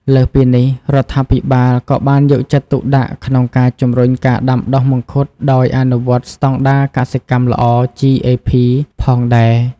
លើសពីនេះ រដ្ឋាភិបាលក៏បានយកចិត្តទុកដាក់ក្នុងការជំរុញការដាំដុះមង្ឃុតដោយអនុវត្តស្តង់ដារកសិកម្មល្អ GAP ផងដែរ។